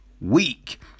week